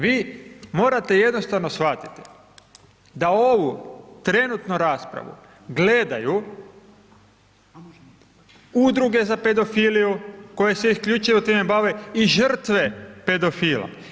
Vi morate jednostavno shvatiti da ovu trenutno raspravu gledaju udruge za pedofiliju koje se isključivo time bave i žrtve pedofila.